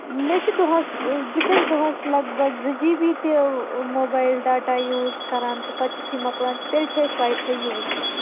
مےٚ چھُ دۄہس بہٕ چھس دۄہس لگ بگ زٕ جی بی تہِ موبایل ڈاٹا تہِ یوٗز کران تہٕ پتہٕ یُتھٕے مۄکلان چھُ تیٚلہِ چھِ أسۍ واے فاے یوٗز کران